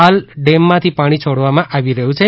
હાલમાં ડેમમાંથી પાણી છોડવામાં આવી રહ્યું છે